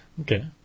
Okay